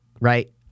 right